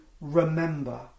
remember